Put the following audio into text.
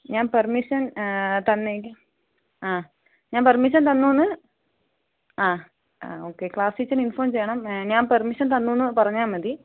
ഞാൻ പെർമിഷൻ തന്നേ ആ ഞാൻ പെർമിഷൻ തന്നു എന്ന് ആ ആ ഓക്കെ ക്ലാസ് ടീച്ചറിനെ ഇൻഫോം ചെയ്യണം ഞാൻ പെർമിഷൻ തന്നു എന്ന് പറഞ്ഞാൽ മതി